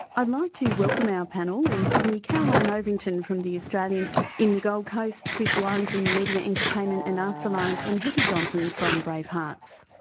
i'd like to welcome our panel. in sydney, caroline ovington, from the australian in the gold coast, chris warren from the media, entertainment and arts alliance. and hetty johnston from bravehearts.